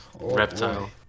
reptile